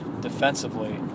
defensively